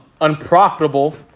unprofitable